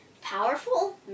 Powerful